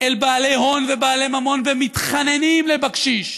אל בעלי הון ובעלי ממון ומתחננים לבקשיש.